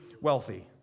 wealthy